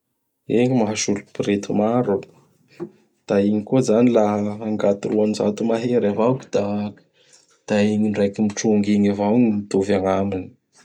Ign mahasolo borety maro; da igny koa izany laha angady roanjato mahery avao, k da indraiky mitrongy igny avao gny mitovy agnaminy.